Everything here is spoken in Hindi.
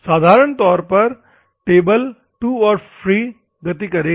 साधारण तौर पर टेबल टू और फ्रो गति करेगी